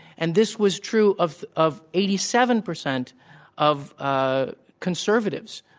and this was true of of eighty seven percent of ah conservatives